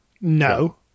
No